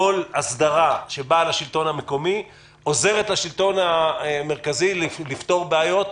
כל הסדרה שבאה לשלטון המקומי עוזרת לשלטון המרכזי לפתור בעיות.